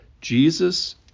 Jesus